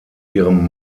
ihrem